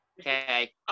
Okay